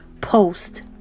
post